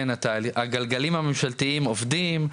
הגלגלים הממשלתיים עובדים,